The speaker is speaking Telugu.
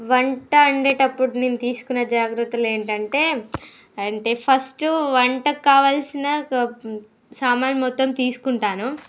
వంట వండేటప్పుడు నేను తీసుకునే జాగ్రత్తలు ఏంటంటే అంటే ఫస్ట్ వంటకి కావాల్సిన సామాన్లు మొత్తం తీసుకుంటాను